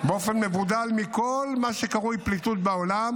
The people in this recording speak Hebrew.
באופן מבודל מכל מה שקרוי פליטות בעולם